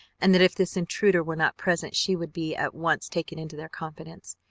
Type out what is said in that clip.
and that if this intruder were not present she would be at once taken into their confidence.